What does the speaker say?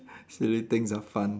silly things are fun